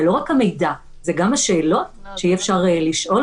זה לא רק המידע, זה גם השאלות שאי אפשר לשאול.